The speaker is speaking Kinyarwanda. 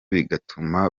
bigatuma